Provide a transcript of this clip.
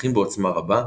נוכחים בעוצמה רבה,